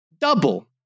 Double